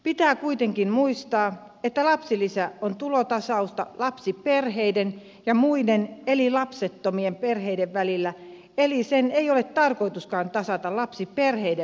pitää kuitenkin muistaa että lapsilisä on tulontasausta lapsiperheiden ja muiden eli lapsettomien perheiden välillä eli sen ei ole tarkoituskaan tasata lapsiperheiden välisiä tuloeroja